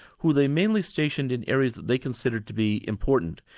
who they mainly stationed in areas that they considered to be important.